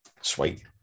sweet